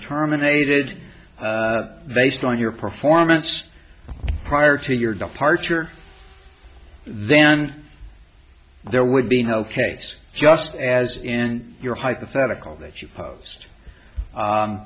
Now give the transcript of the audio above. terminated based on your performance prior to your departure then there would be no case just as in your hypothetical that you pos